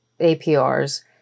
aprs